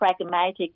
pragmatic